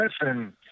listen